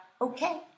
Okay